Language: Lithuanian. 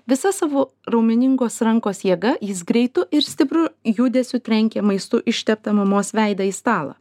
visa savo raumeningos rankos jėga jis greitu ir stipriu judesiu trenkė maistu išteptą mamos veidą į stalą